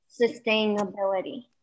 sustainability